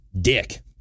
dick